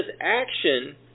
action